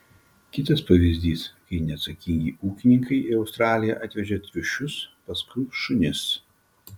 kitas pavyzdys kai neatsakingi ūkininkai į australiją atvežė triušius paskui šunis